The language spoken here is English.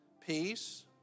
Peace